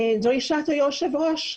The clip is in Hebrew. לפי דרישת היושב ראש,